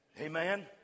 Amen